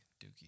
Dookie